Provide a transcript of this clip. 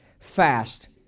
fast